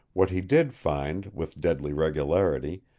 what he did find, with deadly regularity,